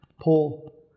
Paul